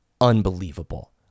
unbelievable